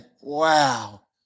wow